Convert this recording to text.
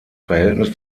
verhältnis